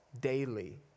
daily